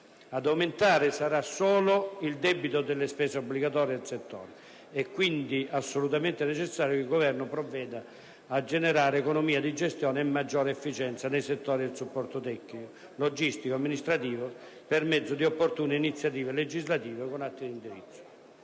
Ad aumentare sarà solo il debito delle spese obbligatorie del settore. È quindi, assolutamente necessario che il Governo provveda a generare economie di gestione e maggiore efficienza nei settori del supporto tecnico, logistico, amministrativo, per mezzo di opportune iniziative legislative o con atti di indirizzo.